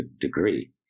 degree